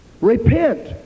Repent